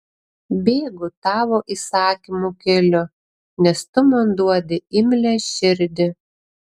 bėgu tavo įsakymų keliu nes tu man duodi imlią širdį